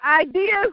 ideas